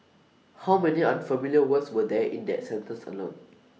how many unfamiliar words were there in that sentence alone